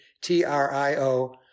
T-R-I-O